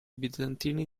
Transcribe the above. bizantini